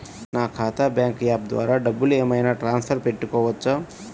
నా ఖాతా bank app ద్వారా డబ్బులు ఏమైనా ట్రాన్స్ఫర్ పెట్టుకోవచ్చా?